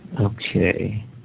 Okay